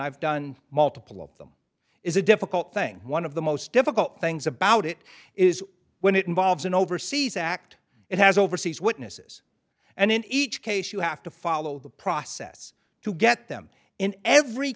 i've done multiple of them is a difficult thing one of the most difficult things about it is when it involves an overseas act it has overseas witnesses and in each case you have to follow the process to get them in every